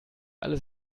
alles